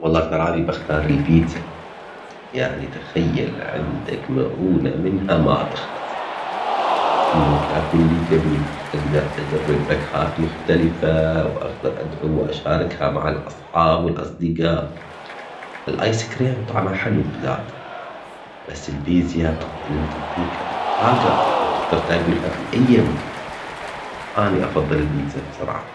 والله تراني بختار البيتزا. يعني تخيل عندك مؤونة منها ما تخلق. كل يوم تاكل اللي تبيه اقدر اجرب لك خاتم مختلفة واقدر ادعو واشاركها مع الاصحاب والاصدقاء. الايس كريم طعمها حلو بزاد. بس تعطيك طاقة وتقدر تاكلها في اي وقت. اني افضل البيتزا صراحة